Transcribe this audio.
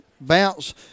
bounce